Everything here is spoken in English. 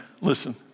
listen